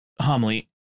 homily